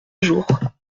jours